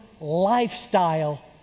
lifestyle